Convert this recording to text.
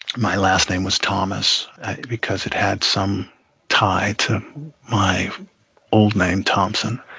my last name was thomas because it had some tie to my old name, thompson.